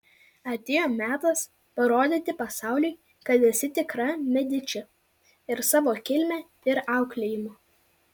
atėjo metas parodyti pasauliui kad esi tikra mediči ir savo kilme ir auklėjimu